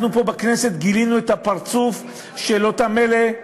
אנחנו פה בכנסת גילינו את הפרצוף של אותם אלה,